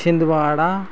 Chhindwara